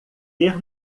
ter